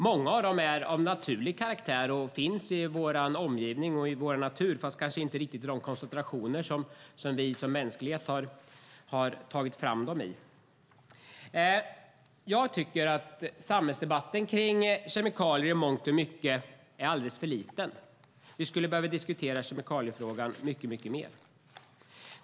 Många av dem är av naturlig karaktär och finns i vår omgivning och i vår natur fast kanske inte riktigt i de koncentrationer som vi människor har tagit fram dem i. Jag tycker att samhällsdebatten kring kemikalier i mångt och mycket är alldeles för liten. Vi skulle behöva diskutera kemikaliefrågan mycket mer.